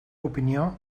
opinió